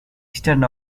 stand